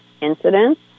incidents